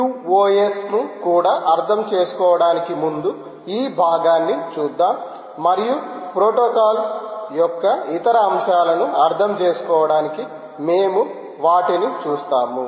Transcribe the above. qos ను కూడా అర్థం చేసుకోవడానికి ముందు ఈ భాగాన్ని చూద్దాం మరియు ప్రోటోకాల్ యొక్క ఇతర అంశాలను అర్థం చేసుకోవడానికి మేము వాటిని చూస్తాము